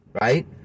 Right